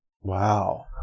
Wow